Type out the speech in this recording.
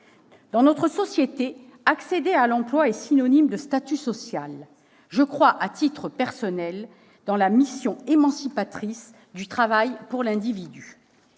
Dans notre société, accéder à l'emploi est synonyme de statut social. Je crois, à titre personnel, au rôle émancipateur du travail pour l'individu.